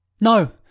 No